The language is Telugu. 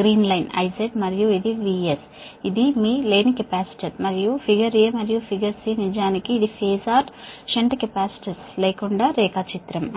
గ్రీన్ లైన్ IZ మరియు ఇది VS ఇది మీ లేని కెపాసిటర్ మరియు ఫిగర్ ఎ మరియు ఫిగర్ సి నిజానికి ఇది ఫేజర్ షంట్ కెపాసిటర్ లేకుండా డయాగ్రమ్